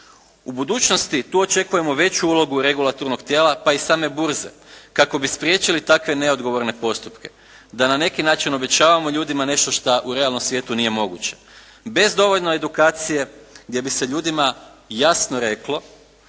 U budućnosti tu očekujemo veću ulogu regulatornog tijela pa i same burze kako bi spriječili takve neodgovorne postupke, da na neki način obećavamo ljudima nešto što u realnom svijetu nije moguće. Bez dovoljno edukacije gdje bi se ljudima jasno reklo